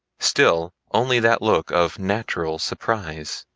still only that look of natural surprise.